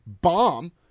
bomb